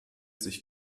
sich